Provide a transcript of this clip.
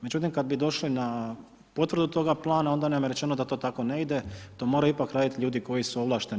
Međutim, kad bi došli na potvrdu toga plana, onda nam je rečeno da to tako ne ide, to mora ipak raditi ljudi koji su ovlašteni.